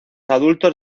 adultos